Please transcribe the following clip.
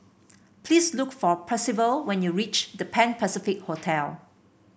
please look for Percival when you reach The Pan Pacific Hotel